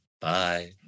Bye